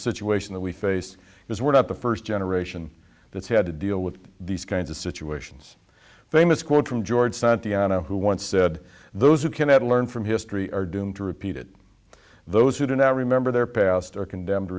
situation that we face because we're not the first generation that's had to deal with these kinds of situations famous quote from george santayana who once said those who cannot learn from history are doomed to repeat it those who don't remember their past are condemned to